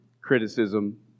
criticism